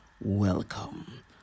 Welcome